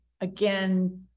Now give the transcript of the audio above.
again